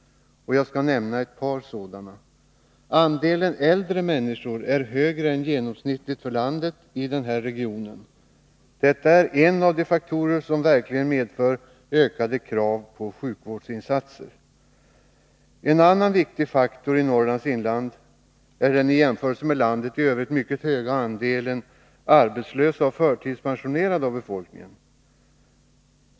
Jag skall nämna ett par sådana. Andelen äldre människor är högre än genomsnittet för landet i den här regionen. Detta är en av de faktorer som verkligen medför ökade krav på sjukvårdsinsatser. En annan viktig faktor i Norrlands inland är den i jämförelse med landet i övrigt mycket höga andelen arbetslösa och förtidspensionerade inom befolkningen.